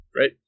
Right